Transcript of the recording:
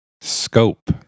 SCOPE